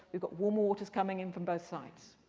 we've got warmer waters coming in from both sides.